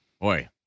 boy